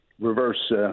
reverse